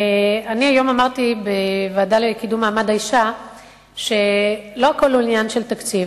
היום אמרתי בוועדה לקידום מעמד האשה שלא הכול עניין של תקציב.